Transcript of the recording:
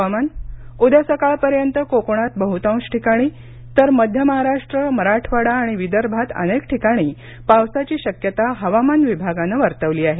हवामान उद्या सकाळपर्यंत कोकणात बहृतांश सर्व ठिकाणी तर मध्य महाराष्ट्र मराठवाडा आणि विदर्भात अनेक ठिकाणी पावसाची शक्यता हवामान विभागानं वर्तवली आहे